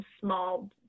small